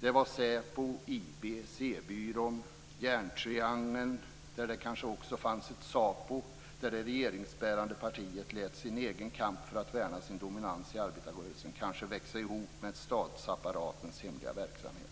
Det var SÄPO, IB, C-byrån, järntriangeln. Det kanske också fanns ett SAPO där det regeringsbärande partiet lät sin egen kamp för att värna sin dominans i arbetarrörelsen växa ihop med statsapparatens hemliga verksamhet.